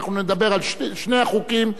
אנחנו נדבר על שני החוקים,